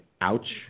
ouch